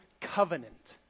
covenant